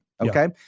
Okay